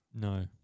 No